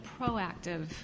proactive